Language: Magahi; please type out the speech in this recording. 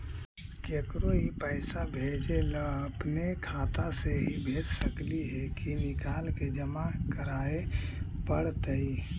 केकरो ही पैसा भेजे ल अपने खाता से ही भेज सकली हे की निकाल के जमा कराए पड़तइ?